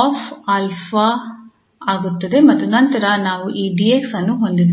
̅̅𝛼̅̅ ಆಗುತ್ತದೆ ಮತ್ತು ನಂತರ ನಾವು ಈ 𝑑𝑥 ಅನ್ನು ಹೊಂದಿದ್ದೇವೆ